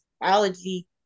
biology